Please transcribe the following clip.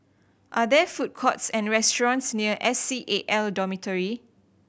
are there food courts and restaurants near S C A L Dormitory